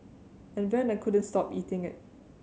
and then I couldn't stop eating it